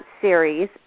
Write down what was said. series